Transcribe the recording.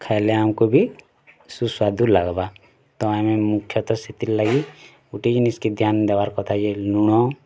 ଖାଇଲେ ଆମ୍କୁ ବି ସୁସ୍ୱାଦୁ ଲାଗ୍ବା ତ ଆମେ ମୁଖ୍ୟତଃ ସେଥିର୍ ଲାଗି ଗୋଟେ ଜିନିଷ କେ ଧ୍ୟାନ ଦେବାର୍ କଥା କି ନୁଣ